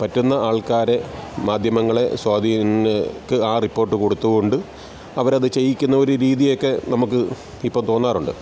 പറ്റുന്ന ആൾക്കാരെ മാധ്യമങ്ങളെ സ്വാധീനിക്ക ആ റിപ്പോർട്ട് കൊടുത്തുകൊണ്ട് അവരത് ചെയ്യിക്കുന്ന ഒരു രീതിയൊക്കെ നമുക്കിപ്പോൾ തോന്നാറുണ്ട്